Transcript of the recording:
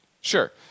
Sure